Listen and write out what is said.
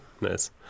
Nice